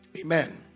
amen